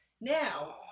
Now